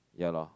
ya lor